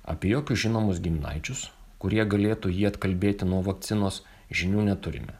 apie jokius žinomus giminaičius kurie galėtų jį atkalbėti nuo vakcinos žinių neturime